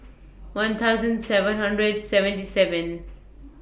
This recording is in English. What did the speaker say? one thousand seven hundred seventy seven